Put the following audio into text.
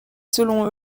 selon